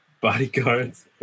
Bodyguards